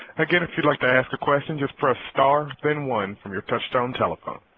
again, if you'd like to ask a question just press star then one from your touchtone telephone.